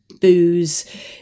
Booze